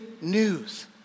news